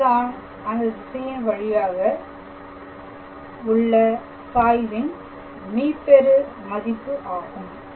இதுதான் அந்த திசையின் வழியாக உள்ள சாய்வின் மீப்பெரு மதிப்பு ஆகும்